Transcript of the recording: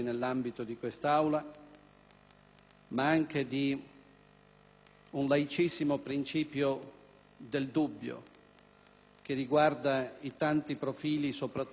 un laicissimo principio del dubbio che riguarda i tanti profili, soprattutto sostanziali, prima che formali,